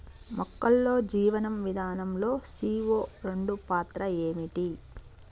మొక్కల్లో జీవనం విధానం లో సీ.ఓ రెండు పాత్ర ఏంటి?